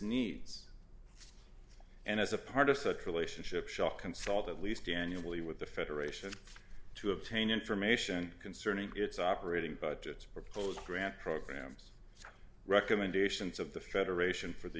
needs and as a part of such a relationship shall consult at least daniel e with the federation to obtain information concerning its operating budgets proposed grant programs recommendations of the federation for the